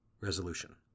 Resolution